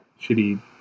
shitty